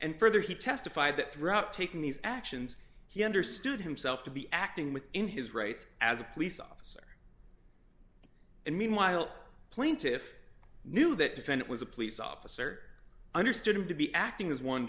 and further he testified that throughout taking these actions he understood himself to be acting within his rights as a police officer and meanwhile plaintiff knew that defendant was a police officer understood him to be acting as one